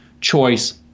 choice